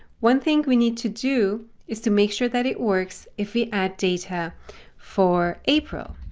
one thing we need to do is to make sure that it works if we add data for april,